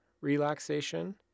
relaxation